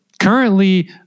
Currently